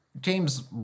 James